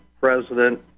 president